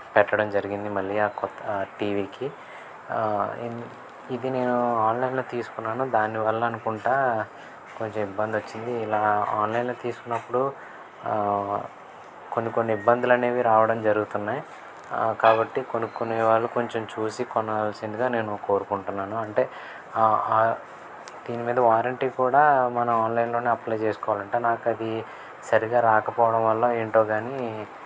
పెట్టడం జరిగింది మళ్ళీ ఆ కొత్త టీవీకి ఇది నేను ఆన్లైన్లో తీసుకున్నాను దానివల్ల అనుకుంటాను కొంచెం ఇబ్బంది వచ్చింది ఇలా ఆన్లైన్లో తీసుకున్నప్పుడు కొన్ని కొన్ని ఇబ్బందులు అనేవి రావడం జరుగుతున్నాయి కాబట్టి కొనుక్కునే వాళ్ళు కొంచెం చూసి కొనాల్సిందిగా నేను కోరుకుంటున్నాను అంటే దీని మీద వారంటీ కూడా మనం ఆన్లైన్లో అప్లై చేసుకోవాలి అంట నాకు అది సరిగా రాకపోవడం వల్ల ఏంటో కానీ